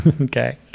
Okay